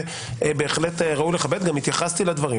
ובהחלט ראוי לכבד, גם התייחסתי לדברים